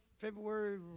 February